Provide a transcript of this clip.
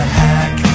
hack